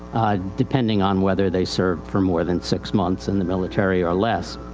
ah, depending on whether they served for more than six months in the military or less.